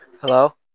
Hello